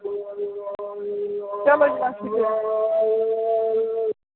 چلو چلو اَسا بیٚہہ